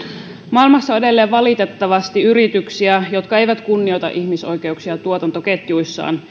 maailmassa on valitettavasti edelleen yrityksiä jotka eivät kunnioita ihmisoikeuksia tuotantoketjuissaan